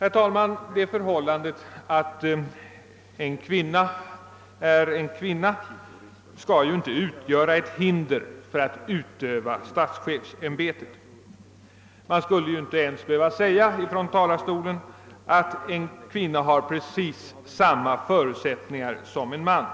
Herr talman! Det förhållandet att en kvinna är en kvinna skall ju inte utgöra ett hinder för att utöva statschefsämbetet. Man borde inte ens från denna talarstol behöva säga att en kvinna har precis samma förutsättningar härvidlag som en man.